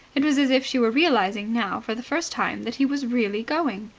it was as if she were realizing now for the first time that he was really going.